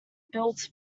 built